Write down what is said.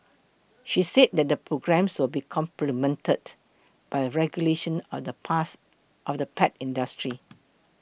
she said that the programme will be complemented by regulation of the past of the pet industry